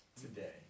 Today